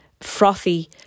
frothy